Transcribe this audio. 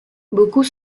beaucoup